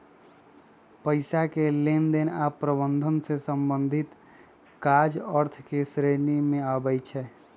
पइसा के लेनदेन आऽ प्रबंधन से संबंधित काज अर्थ के श्रेणी में आबइ छै